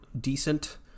decent